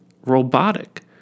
robotic